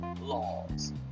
laws